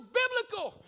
biblical